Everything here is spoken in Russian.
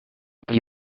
при